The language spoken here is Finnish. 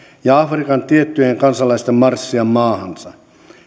ja afrikan tiettyjen kansalaisten marssia maahansa